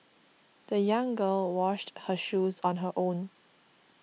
the young girl washed her shoes on her own